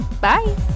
Bye